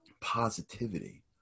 positivity